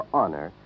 honor